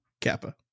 Kappa